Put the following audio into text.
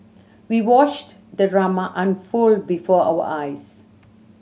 we watched the drama unfold before our eyes